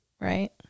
Right